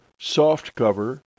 softcover